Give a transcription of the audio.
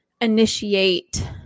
initiate